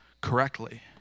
correctly